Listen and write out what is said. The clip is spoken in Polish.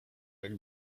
jak